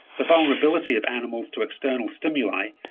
the vulnerability of animals to external stimuli,